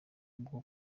bwo